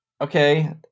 okay